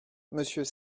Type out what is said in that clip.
monsieur